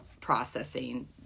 processing